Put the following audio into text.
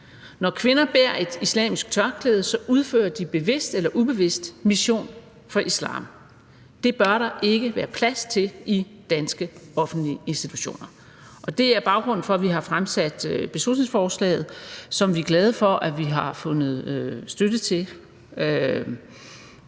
Når kvinder bærer et islamisk tørklæde, udfører de bevidst eller ubevidst mission for islam. Det bør der ikke være plads til i danske offentlige institutioner, og det er baggrunden for, at vi har fremsat beslutningsforslaget, som vi er glade for at vi har fundet støtte til.